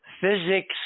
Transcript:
physics